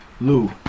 Lou